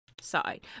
side